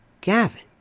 Gavin